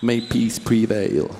mei pys pry veil